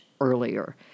earlier